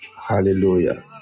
Hallelujah